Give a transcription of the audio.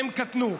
והם קטנו,